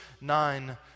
nine